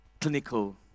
clinical